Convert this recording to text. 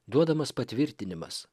duodamas patvirtinimas